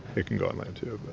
it can go on land,